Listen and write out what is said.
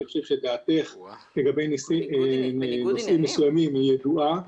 אני חושב שדעתך לגבי נושאים היא ידועה,